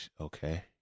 Okay